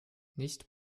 nicht